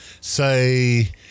say